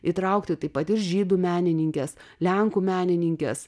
įtraukti taip pat ir žydų menininkes lenkų menininkes